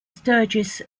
sturgis